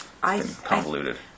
convoluted